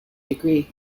degree